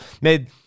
Made